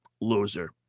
Loser